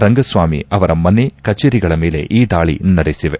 ರಂಗಸ್ವಾಮಿ ಅವರ ಮನೆ ಕಚೇರಿಗಳ ಮೇಲೆ ಈ ದಾಳಿ ನಡೆಸಿದೆ